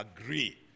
agree